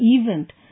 event